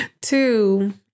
Two